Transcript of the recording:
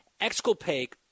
exculpate